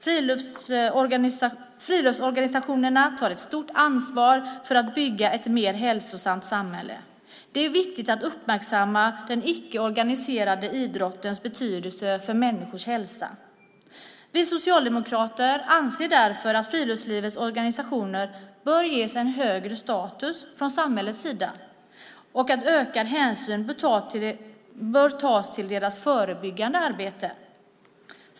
Friluftsorganisationerna tar ett stort ansvar för att bygga ett mer hälsosamt samhälle. Det är viktigt att uppmärksamma den icke organiserade idrottens betydelse för människors hälsa. Vi socialdemokrater anser därför att friluftslivets organisationer bör ges en högre status från samhällets sida och att ökad hänsyn bör tas till deras förebyggande arbete.